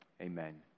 Amen